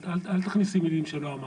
אל תכניסי מילים שלא אמרתי.